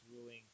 ruling